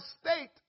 state